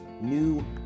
new